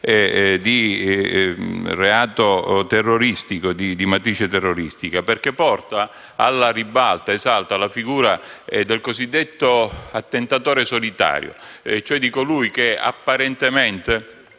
di reato di matrice terroristica, perché porta alla ribalta ed esalta la figura del cosiddetto attentatore solitario, e cioè colui che apparentemente